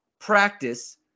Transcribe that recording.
practice